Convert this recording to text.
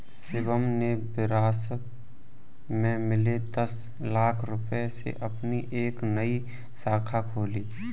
शिवम ने विरासत में मिले दस लाख रूपए से अपनी एक नई शाखा खोली